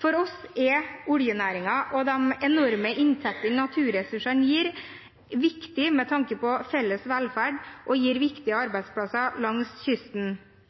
For oss er oljenæringen og de enorme inntektene naturressursene gir, viktig med tanke på felles velferd og gir viktige arbeidsplasser langs kysten,